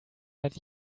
let